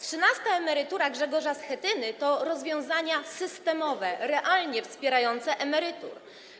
Trzynasta emerytura Grzegorza Schetyny to rozwiązanie systemowe, realnie wspierające emerytów.